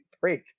break